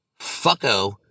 fucko